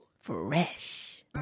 Fresh